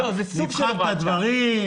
נבחן את הדברים.